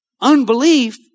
unbelief